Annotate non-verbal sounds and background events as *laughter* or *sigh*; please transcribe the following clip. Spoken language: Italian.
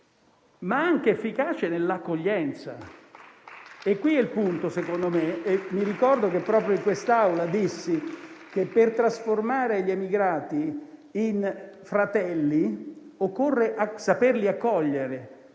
ma anche efficace nell'accoglienza. *applause* È qui il punto, secondo me. Ricordo che proprio in quest'Aula dissi che, per trasformare gli emigrati in fratelli, occorre saperli accogliere